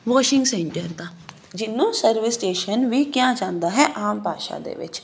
washing centre ਦਾ ਜਿਹਨੂੰ service station ਵੀ ਕਿਹਾ ਜਾਂਦਾ ਹੈ ਆਮ ਭਾਸ਼ਾ ਦੇ ਵਿੱਚ